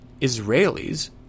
Israelis